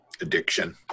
addiction